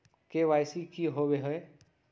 KYC की होबो है?